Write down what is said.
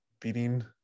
beating